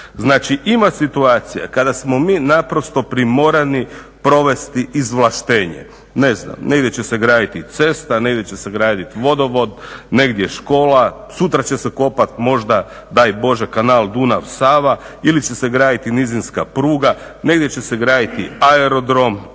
Znači ima situacija kada smo mi primorani provesti izvlaštenje. Ne znam, negdje će se graditi cesta, negdje će se graditi vodovod, sutra škola, sutra će se kopati možda daj Bože kanal Dunav-Sava ili će se graditi nizinska pruga, negdje će se graditi aerodrom